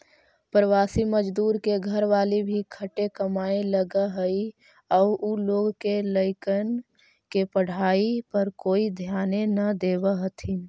प्रवासी मजदूर के घरवाली भी खटे कमाए लगऽ हई आउ उ लोग के लइकन के पढ़ाई पर कोई ध्याने न देवऽ हथिन